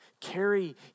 carry